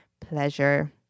pleasure